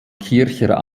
kircher